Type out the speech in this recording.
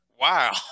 Wow